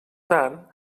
tant